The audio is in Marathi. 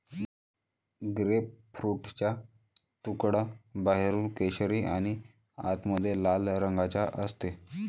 ग्रेपफ्रूटचा तुकडा बाहेरून केशरी आणि आतमध्ये लाल रंगाचा असते